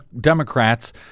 Democrats